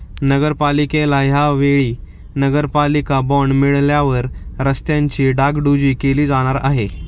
नगरपालिकेला या वेळी नगरपालिका बॉंड मिळाल्यावर रस्त्यांची डागडुजी केली जाणार आहे